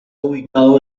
ubicado